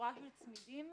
צמיגים